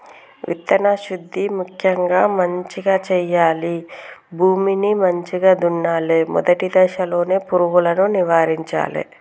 విత్తన శుద్ధి ముక్యంగా మంచిగ చేయాలి, భూమిని మంచిగ దున్నలే, మొదటి దశలోనే పురుగులను నివారించాలే